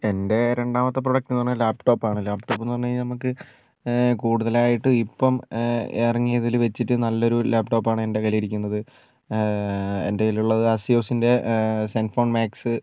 എൻ്റെ രണ്ടാമത്തെ പ്രൊഡക്റ്റ് എന്ന് പറഞ്ഞാൽ ലാപ്ടോപ്പ് ആണ് ലാപ്ടോപ്പ് എന്ന് പറഞ്ഞു കഴിഞ്ഞാൽ നമുക്ക് കൂടുതലായിട്ടും ഇപ്പം ഇറങ്ങിയതില് വെച്ചിട്ട് നല്ലൊരു ലാപ്ടോപ്പ് ആണ് എൻ്റെ കയ്യിലിരിക്കുന്നത് എൻ്റെ കയ്യിലുള്ളത് ആസ്യുഎസിൻ്റെ സെൻഫോൺ മാക്സ്